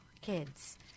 kids